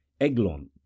Eglon